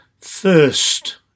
first